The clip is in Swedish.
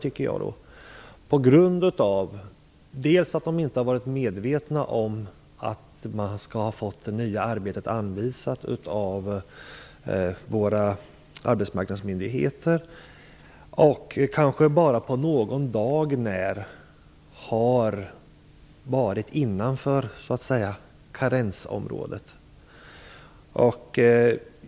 De har inte varit medvetna om att det nya arbetet skall ha anvisats av våra arbetsmarknadsmyndigheter, och de hade kanske bara på någon dag när kunnat undvika att omfattas av karensen.